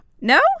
No